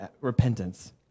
repentance